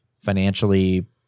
financially